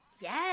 Yes